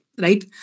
right